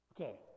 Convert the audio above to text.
okay